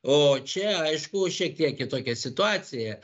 o čia aišku šiek tiek kitokia situacija